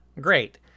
Great